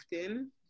often